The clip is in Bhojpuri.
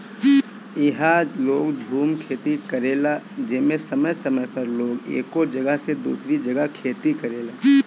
इहा लोग झूम खेती करेला जेमे समय समय पर लोग एगो जगह से दूसरी जगह खेती करेला